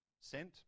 sent